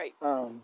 Right